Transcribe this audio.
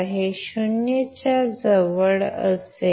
हे 0 च्या जवळ असेल